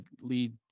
lead